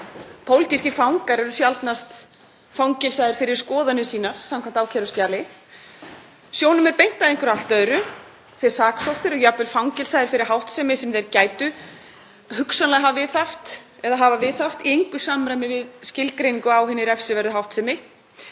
Pólitískir fangar eru sjaldnast fangelsaðir fyrir skoðanir sínar samkvæmt ákæruskjali. Sjónum er beint að einhverju allt öðru; þeir eru saksóttir og jafnvel fangelsaðir fyrir háttsemi sem þeir gætu hugsanlega hafa viðhaft eða hafa viðhaft en er í engu samræmi við skilgreiningu á hinni refsiverðu háttsemi.